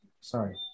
sorry